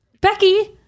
Becky